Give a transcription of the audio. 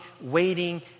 waiting